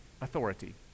authority